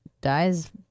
dies